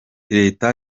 leta